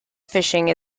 fishing